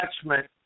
attachment